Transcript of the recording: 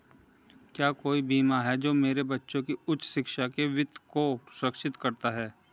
क्या कोई बीमा है जो मेरे बच्चों की उच्च शिक्षा के वित्त को सुरक्षित करता है?